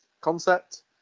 concept